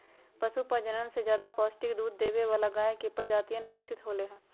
पशु प्रजनन से ज्यादा पौष्टिक दूध देवे वाला गाय के प्रजातियन विकसित होलय है